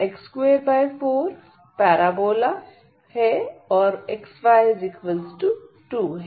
yx24 parabola है और xy2 है